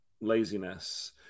Laziness